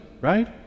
right